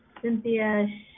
Cynthia